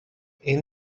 این